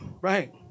right